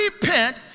repent